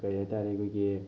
ꯀꯩ ꯍꯥꯏꯇꯥꯔꯦ ꯑꯩꯈꯣꯏꯒꯤ